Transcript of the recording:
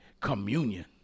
communion